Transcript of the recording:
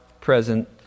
present